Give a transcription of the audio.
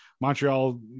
Montreal